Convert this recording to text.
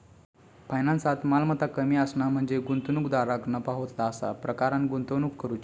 फायनान्सात, मालमत्ता कमी असणा म्हणजे गुंतवणूकदाराक नफा होतला अशा प्रकारान गुंतवणूक करुची